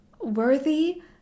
worthy